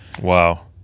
Wow